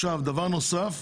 דבר נוסף.